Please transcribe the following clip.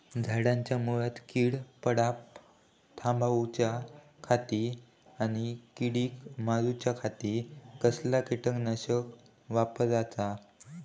झाडांच्या मूनात कीड पडाप थामाउच्या खाती आणि किडीक मारूच्याखाती कसला किटकनाशक वापराचा?